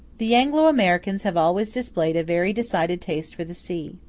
the anglo-americans have always displayed a very decided taste for the sea.